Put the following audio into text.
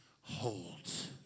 holds